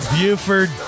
Buford